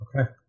Okay